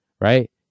right